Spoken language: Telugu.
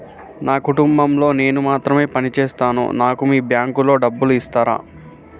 నా కుటుంబం లో నేను మాత్రమే పని చేస్తాను నాకు మీ బ్యాంకు లో డబ్బులు ఇస్తరా?